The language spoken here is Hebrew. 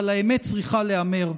אבל האמת צריכה להיאמר: